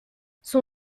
son